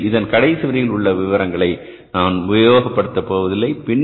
எனவே இதன் கடைசி வரியில் உள்ள விவரங்களை நான் உபயோகப்படுத்த போவது இல்லை